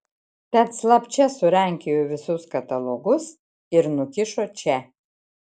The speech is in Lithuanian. tad slapčia surankiojo visus katalogus ir nukišo čia